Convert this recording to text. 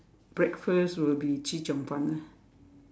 breakfast will be chee-cheong-fun ah